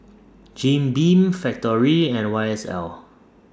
Jim Beam Factorie and Y S L